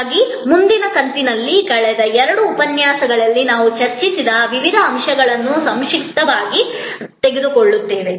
ಹಾಗಾಗಿ ಮುಂದಿನ ಕಂತಿನಲ್ಲಿ ಕಳೆದ 2 ಉಪನ್ಯಾಸಗಳಲ್ಲಿ ನಾವು ಚರ್ಚಿಸಿದ ವಿಭಿನ್ನ ಅಂಶಗಳನ್ನು ಸಂಕ್ಷಿಪ್ತವಾಗಿ ತೆಗೆದುಕೊಳ್ಳುತ್ತೇವೆ